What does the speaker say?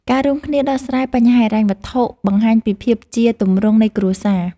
ការរួមគ្នាដោះស្រាយបញ្ហាហិរញ្ញវត្ថុបង្ហាញពីភាពជាទម្រង់នៃគ្រួសារ។